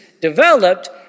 developed